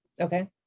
Okay